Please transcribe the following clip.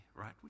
right